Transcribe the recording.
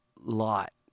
Lot